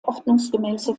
ordnungsgemäße